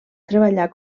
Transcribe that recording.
treballar